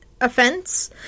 Offense